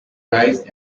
rise